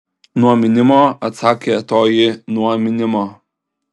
nuo mynimo atsakė toji nuo mynimo